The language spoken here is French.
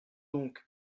donc